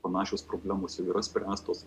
panašios problemos jau yra spręstos